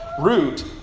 root